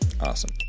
Awesome